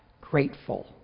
grateful